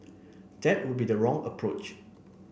that would be the wrong approach